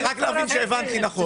רק כדי להבין אם הבנתי נכון.